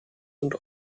und